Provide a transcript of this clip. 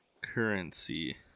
currency